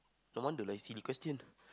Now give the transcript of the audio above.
the one do like silly question